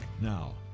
now